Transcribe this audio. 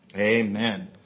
Amen